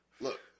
Look